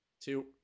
two